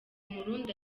murundi